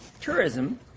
tourism